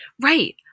right